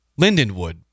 Lindenwood